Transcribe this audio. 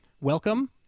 Welcome